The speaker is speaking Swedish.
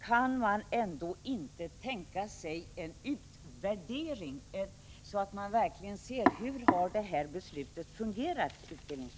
Kan man inte tänka sig en utvärdering, utbildningsministern, så att vi verkligen ser hur det här riksdagsbeslutet utfallit?